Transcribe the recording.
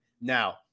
Now